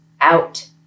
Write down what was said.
out